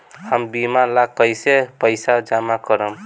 हम बीमा ला कईसे पईसा जमा करम?